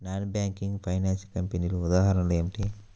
Non banking financial కంపెనీల ఉదాహరణలు ఏమిటి?